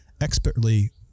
expertly